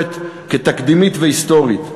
בתקשורת כתקדימית והיסטורית.